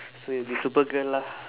so you'll be supergirl lah